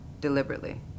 deliberately